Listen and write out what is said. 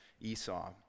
Esau